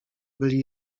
byli